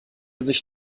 sich